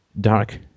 dark